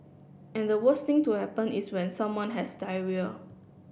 and the worst thing to happen is when someone has diarrhoea